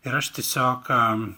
ir aš tiesiog a